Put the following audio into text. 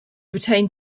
retained